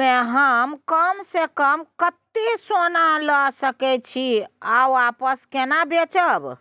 म हम कम स कम कत्ते सोना ल सके छिए आ वापस केना बेचब?